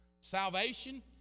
Salvation